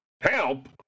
Help